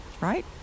Right